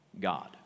God